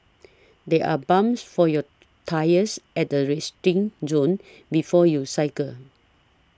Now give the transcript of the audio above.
there are pumps for your tyres at the resting zone before you cycle